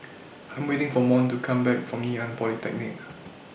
I'm waiting For Mont to Come Back from Ngee Ann Polytechnic